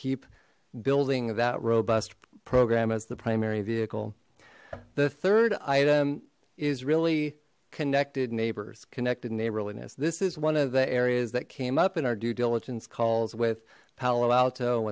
keep building that robust program as the primary vehicle the third item is really connected neighbors connected neighborliness this is one of the areas that came up in our due diligence calls with palo alto